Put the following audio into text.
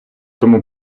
тому